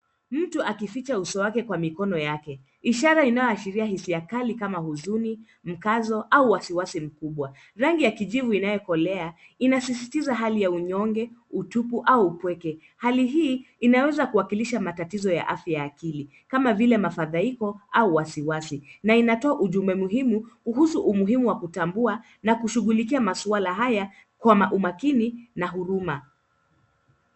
Mtu akificha uso wake kwa mikono yake ishara inayoashiria hisia kali kama huzuni, mkazo au wasiwasi mkubwa. Rangi ya kijivu inayokolea inasisitiza hali ya unyonge utupu au upweke. Hali hii inaweza kuwakilisha matatizo ya afya ya akili kama vile mafadhaiko au wasiwasi na inatoa ujumbe muhimu kuhusu umuhimu wa kutambua na kushughulikia masuala haya kwa umakini na huruma.